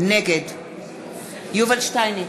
נגד יובל שטייניץ,